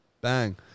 bang